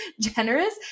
generous